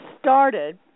started